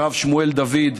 הרב שמואל דוד,